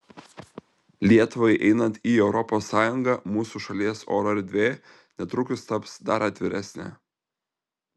lietuvai einant į europos sąjungą mūsų šalies oro erdvė netrukus taps dar atviresnė